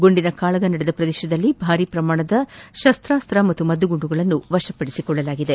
ಗುಂಡಿನ ಕಾಳಗ ನಡೆದ ಪ್ರದೇಶದಲ್ಲಿ ಭಾರಿ ಪ್ರಮಾಣದ ಶಸ್ತಾಸ್ತ ಹಾಗೂ ಮದ್ದುಗುಂಡುಗಳನ್ನು ವಶಪಡಿಸಿಕೊಳ್ಳಲಾಗಿದೆ